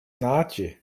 naĝi